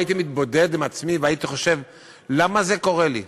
הייתי מתבודד עם עצמי והייתי חושב למה זה קורה לי.